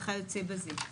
וכיוצא בזה.